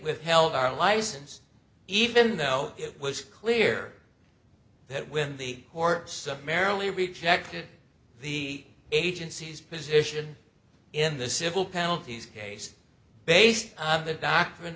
withheld our license even though it was clear that when the courts marilee rejected the agency's position in the civil penalties case based on the doc